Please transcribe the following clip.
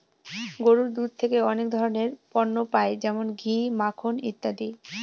গরুর দুধ থেকে অনেক ধরনের পণ্য পাই যেমন ঘি, মাখন ইত্যাদি